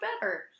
better